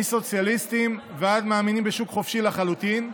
מסוציאליסטים ועד מאמינים בשוק חופשי לחלוטין,